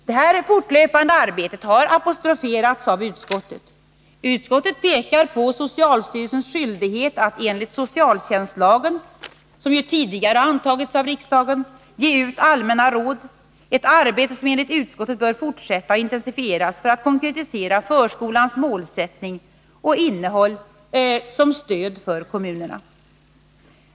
Detta fortlöpande arbete apostroferas av utskottet. Utskottet pekar på socialstyrelsens skyldighet att enligt socialtjänstlagen, som ju tidigare antagits av riksdagen, ge ut allmänna råd — ett arbete som enligt utskottet bör fortsätta och intensifieras för att konkretisera förskolans målsättning och innehåll som stöd för kommunerna.